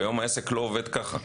והיום העסק לא עובד ככה,